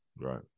right